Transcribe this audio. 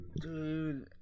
Dude